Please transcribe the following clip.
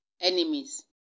enemies